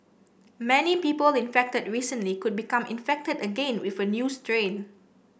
many people infected recently could become infected again with a new strain